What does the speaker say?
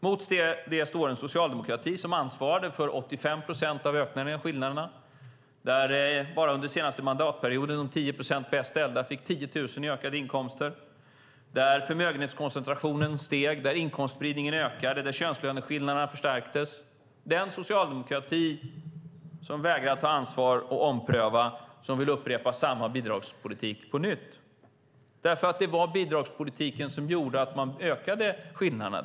Mot det står en socialdemokrati som ansvarade för 85 procent av ökningen av skillnaderna där bara under den senaste mandatperioden de 10 procent bäst ställda fick 10 000 kronor i ökade inkomster, där förmögenhetskoncentrationen steg, där inkomstspridningen ökade och där könslöneskillnaderna förstärktes. Det är en socialdemokrati som vägrar att ta ansvar och ompröva och som vill upprepa samma bidragspolitik på nytt. Det var bidragspolitiken som gjorde att man ökade skillnaderna.